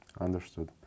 understood